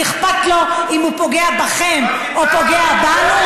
אכפת לו אם הוא פוגע בכם או פוגע בנו?